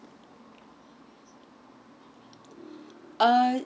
uh